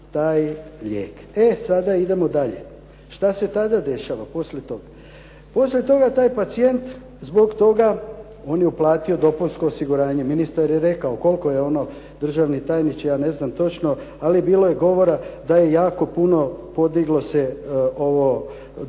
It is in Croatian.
E sada idemo dalje. Što se tada dešava poslije toga? poslije toga taj pacijent zbog toga, on je platio dopunsko osiguranje, ministar je rekao, koliko je ono državni tajniče, ja ne znam točno, ali bilo je govora da se jako puno podiglo ovo dopunsko